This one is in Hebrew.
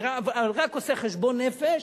אני רק עושה חשבון נפש